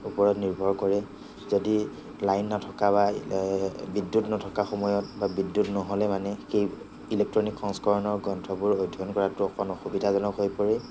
ওপৰত নিৰ্ভৰ কৰে যদি লাইন নথকা বা বিদ্য়ুত নথকা সময়ত বা বিদ্য়ুত নহ'লে মানে সেই ইলেকট্ৰনিক সংস্কৰণৰ গ্ৰন্থবোৰ অধ্য়য়ন কৰাটো অকণ অসুবিধাজনক হৈ পৰে